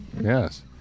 Yes